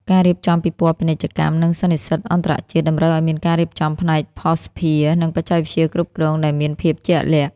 ការរៀបចំពិព័រណ៍ពាណិជ្ជកម្ម និងសន្និសីទអន្តរជាតិ តម្រូវឱ្យមានការរៀបចំផ្នែកភស្តុភារ និងបច្ចេកវិទ្យាគ្រប់គ្រងដែលមានភាពជាក់លាក់។